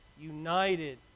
united